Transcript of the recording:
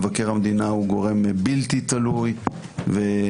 מבקר המדינה הוא גורם בלתי תלוי וטוב